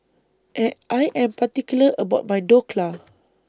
I Am particular about My Dhokla